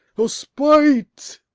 o spite!